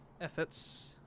Efforts